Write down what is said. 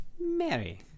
Mary